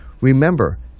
Remember